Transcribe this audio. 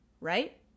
right